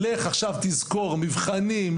לך עכשיו תזכור מבחנים,